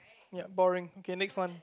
ya boring okay next one